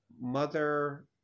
mother